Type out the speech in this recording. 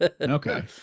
Okay